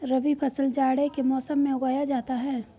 रबी फसल जाड़े के मौसम में उगाया जाता है